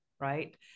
right